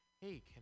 hey